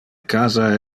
casa